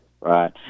right